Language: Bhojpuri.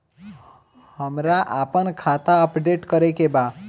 हमरा आपन खाता अपडेट करे के बा